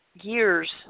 years